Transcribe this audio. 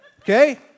okay